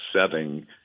setting